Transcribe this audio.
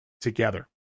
together